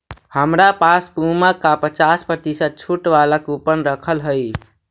हमरा पास पुमा का पचास प्रतिशत छूट वाला कूपन रखल हई